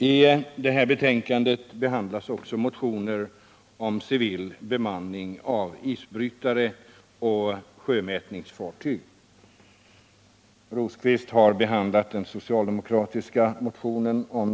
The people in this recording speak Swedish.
I detta betänkande behandlas också motioner om civil bemanning av isbrytare och sjömätningsfartyg. Birger Rosqvist har behandlat den socialdemokratiska motionen härom.